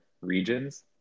regions